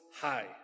high